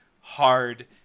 hard